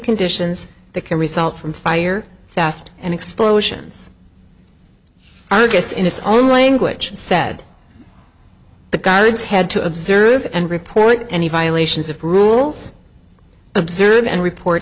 conditions that can result from fire fast and explosions i guess in its own language said the guards head to observe and report any violations of rules observe and report